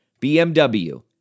BMW